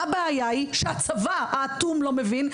מה הבעיה היא שהצבא האטום לא מבין,